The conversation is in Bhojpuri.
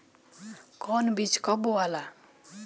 कौन बीज कब बोआला?